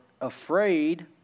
afraid